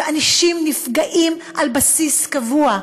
ואנשים נפגעים על בסיס קבוע,